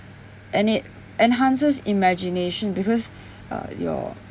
and it enhances imagination because uh your